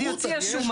לא הבנתי פה.